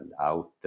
out